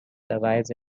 survives